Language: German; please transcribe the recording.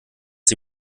sie